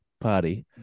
party